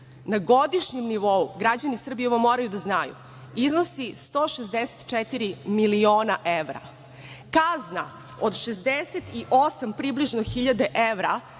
na godišnjem nivou građani Srbije ovo moraju da znaju iznosi 164 miliona evra, kazna od 68.000 evra